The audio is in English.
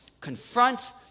confront